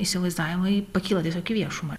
įsivaizdavimai pakyla tiesiog į viešumą